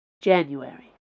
January